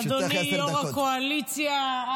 אדוני יו"ר הקואליציה -- לרשותך עשר דקות.